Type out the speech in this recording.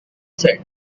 said